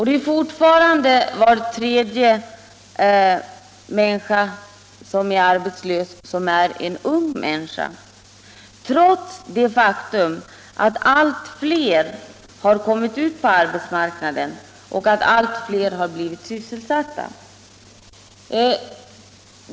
Det är fortfarande så att var tredje arbetslös är en ung person, och detta trots att allt fler människor kommit ut på arbetsmarknaden och blivit sysselsatta.